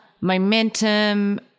momentum